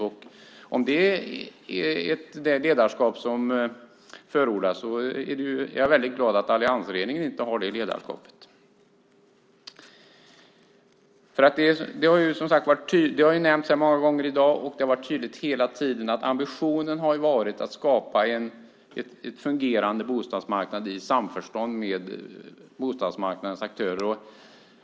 Om det är ett ledarskap som förordas är jag väldigt glad att alliansregeringen inte har det ledarskapet. Det har nämnts många gånger i dag, och det har varit tydligt hela tiden, att ambitionen har varit att skapa en fungerande bostadsmarknad i samförstånd med bostadsmarknadens aktörer.